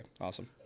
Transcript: awesome